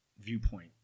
viewpoint